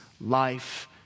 life